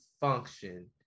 function